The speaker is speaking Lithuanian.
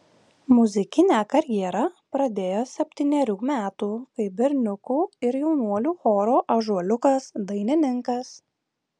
muzikinę karjerą pradėjo septynerių metų kaip berniukų ir jaunuolių choro ąžuoliukas dainininkas